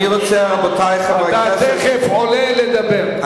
אתה תיכף עולה לדבר.